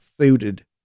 suited